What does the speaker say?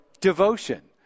devotion